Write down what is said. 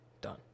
Done